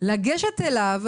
לגשת אליו,